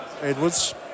Edwards